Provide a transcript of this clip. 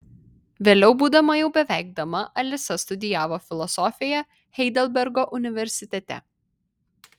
vėliau būdama jau beveik dama alisa studijavo filosofiją heidelbergo universitete